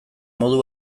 modu